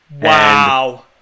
Wow